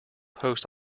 post